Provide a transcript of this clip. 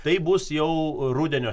taip bus jau rudenio